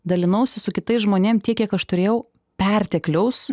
dalinausi su kitais žmonėm tiek kiek aš turėjau pertekliaus